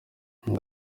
ngo